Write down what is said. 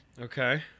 Okay